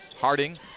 Harding